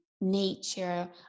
nature